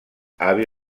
abbey